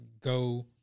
go